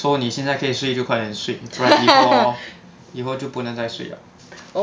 so 你现在可以睡就快点睡不然以后 hor 以后就不能再睡了